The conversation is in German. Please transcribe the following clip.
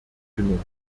genommen